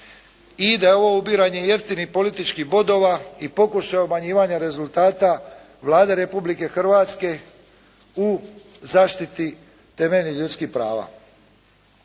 i da je ovo ubiranje jeftinih političkih bodova i pokušaj obmanjivanja rezultata Vlade Republike Hrvatske u zaštiti temeljnih ljudskih prava.